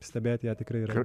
stebėti ją tikrai yra